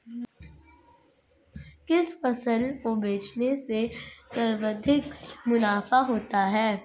किस फसल को बेचने से सर्वाधिक मुनाफा होता है?